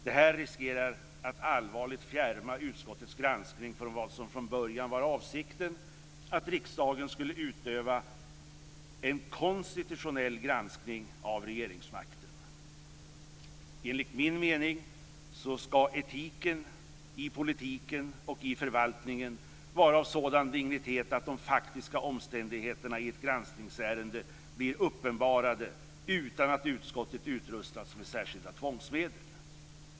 Det här riskerar att allvarligt fjärma utskottets granskning från vad som från början var avsikten - att riksdagen skulle utöva en konstitutionell granskning av regeringsmakten. Enligt min mening ska etiken i politiken och i förvaltningen vara av sådan dignitet att de faktiska omständigheterna i ett granskningsärende blir uppenbarade utan att utskottet utrustas med särskilda tvångsmedel.